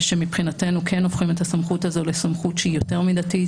שמבחינתנו כן הופכים את הסמכות הזו לסמכות שהיא יותר מידתית,